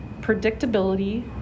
predictability